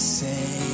say